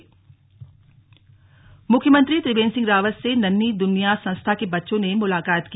CM से भेंट मुख्यमंत्री त्रिवेन्द्र सिंह रावत से नन्हीं दुनिया संस्था के बच्चों ने मुलाकात की